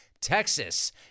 Texas